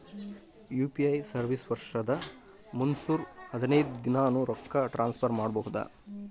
UPI service ವರ್ಷದ್ ಮುನ್ನೂರ್ ಅರವತ್ತೈದ ದಿನಾನೂ ರೊಕ್ಕ ಟ್ರಾನ್ಸ್ಫರ್ ಮಾಡ್ಬಹುದು